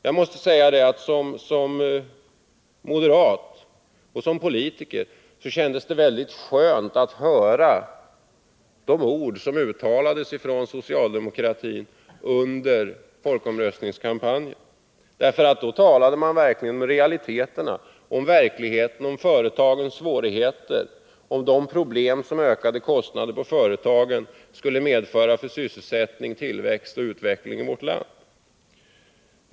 Jag måste säga att det för mig som moderat politiker kändes väldigt skönt att höra de ord som uttalades av socialdemokraterna under folkomröstningskampanjen. Då talade man om realiteterna, om verkligheten, om företagens svårigheter, om de problem som ökade kostnader för företagen skulle medföra för sysselsättning, tillväxt och utveckling i vårt land.